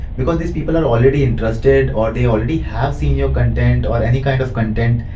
because these people are already interested or they already have seen your content, or any kind of content,